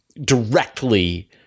directly